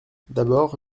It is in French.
d’abord